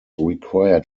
required